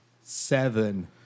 Seven